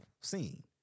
scene